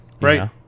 Right